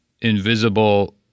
Invisible